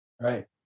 Right